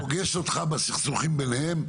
אבל זה פוגש אותך בסכסוכים ביניהם?